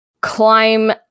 Climb